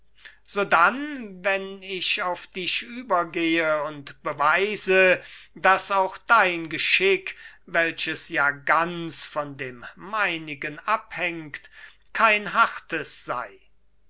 sodann wenn ich auf dich übergehe und beweise daß auch dein geschick welches ja ganz von dem meinigen abhängt kein hartes sei